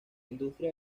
industria